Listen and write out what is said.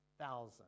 thousand